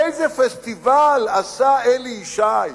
איזה פסטיבל עשה אלי ישי,